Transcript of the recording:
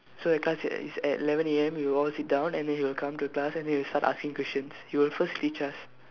so the class is at is at eleven A_M we will all sit down and then he will come to class and then he will start asking questions he will first teach us